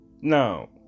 Now